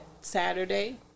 Saturday